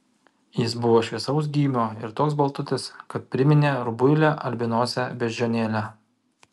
jis buvo šviesaus gymio ir toks baltutis kad priminė rubuilę albinosę beždžionėlę